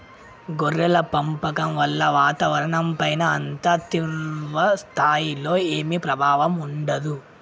గొర్రెల పెంపకం వల్ల వాతావరణంపైన అంత తీవ్ర స్థాయిలో ఏమీ ప్రభావం ఉండదు